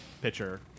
pitcher